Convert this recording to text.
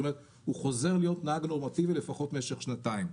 זאת אומרת: הוא חוזר להיות נהג נורמטיבי לפחות במשך שנתיים.